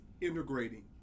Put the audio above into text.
integrating